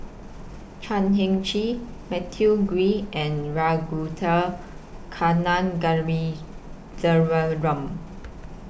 Chan Heng Chee Matthew Ngui and